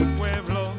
pueblo